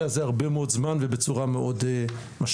הזה הרבה מאוד זמן ובצורה מאוד משמעותית.